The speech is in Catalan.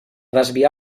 desviar